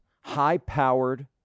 high-powered